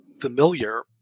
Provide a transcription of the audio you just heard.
familiar